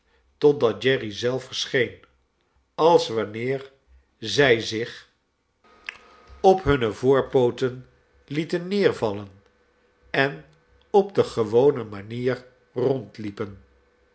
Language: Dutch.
totdat jerry zelf verscheen als wanneer zij zich op hunne voornelly pooten lieten neervallen en op de gewone manier